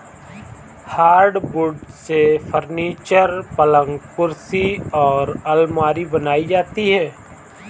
hardwood से furniture, पलंग कुर्सी और आलमारी बनाई जाती है